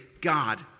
God